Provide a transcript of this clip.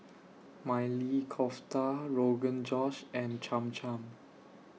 Maili Kofta Rogan Josh and Cham Cham